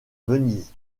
venise